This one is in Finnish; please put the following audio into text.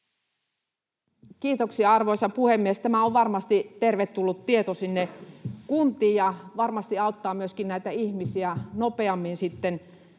Kiitoksia, arvoisa puhemies! Tämä on varmasti tervetullut tieto sinne kuntiin ja varmasti auttaa myöskin näitä ihmisiä nopeammin